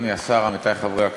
אדוני השר, עמיתי חברי הכנסת,